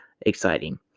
exciting